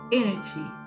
energy